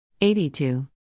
82